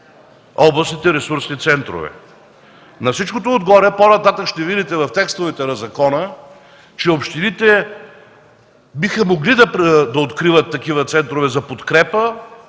областните ресурси центрове, работят успешно. На всичкото отгоре по-нататък ще видите в текстовете на закона, че общините биха могли да откриват такива центрове за подкрепа,